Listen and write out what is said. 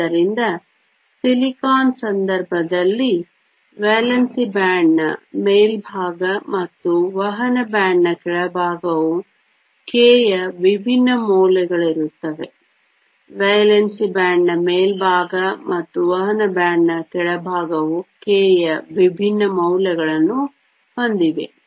ಆದ್ದರಿಂದ ಸಿಲಿಕಾನ್ ಸಂದರ್ಭದಲ್ಲಿ ವೇಲೆನ್ಸಿ ಬ್ಯಾಂಡ್ನ ಮೇಲ್ಭಾಗ ಮತ್ತು ವಹನ ಬ್ಯಾಂಡ್ನ ಕೆಳಭಾಗವು k ಯ ವಿಭಿನ್ನ ಮೌಲ್ಯಗಳಲ್ಲಿರುತ್ತವೆ ವೇಲೆನ್ಸಿ ಬ್ಯಾಂಡ್ನ ಮೇಲ್ಭಾಗ ಮತ್ತು ವಹನ ಬ್ಯಾಂಡ್ನ ಕೆಳಭಾಗವು k ಯ ವಿಭಿನ್ನ ಮೌಲ್ಯಗಳನ್ನು ಹೊಂದಿವೆ